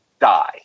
die